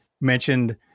mentioned